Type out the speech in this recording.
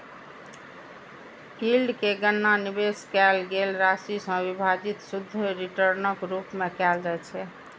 yield के गणना निवेश कैल गेल राशि सं विभाजित शुद्ध रिटर्नक रूप मे कैल जाइ छै